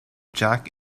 jack